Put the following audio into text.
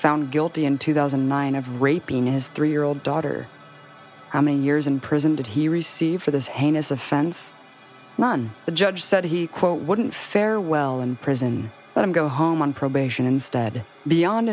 found guilty in two thousand and nine of raping his three year old daughter i mean years in prison did he receive for this heinous offense none the judge said he quote wouldn't fare well in prison let him go home on probation instead beyond